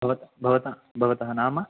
भवत् भवत भवतः नाम